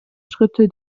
schritte